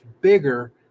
bigger